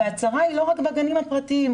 והצרה היא לא רק בגנים הפרטיים.